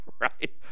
right